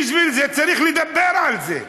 בשביל זה צריך לדבר על זה.